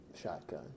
shotgun